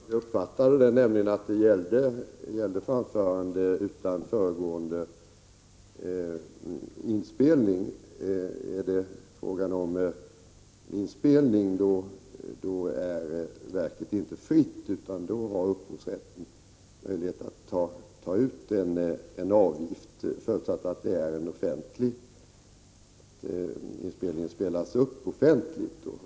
Herr talman! Jag svarade på det jag uppfattade att frågan gällde, nämligen framförande utan föregående inspelning. Är det fråga om inspelning, då är verket inte fritt. Då har man möjlighet enligt upphovsrättslagen att ta ut en avgift, förutsatt att det är inspelning som spelas upp offentligt.